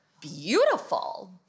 Beautiful